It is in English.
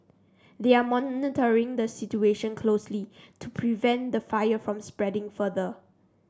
they are monitoring the situation closely to prevent the fire from spreading further